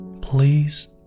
please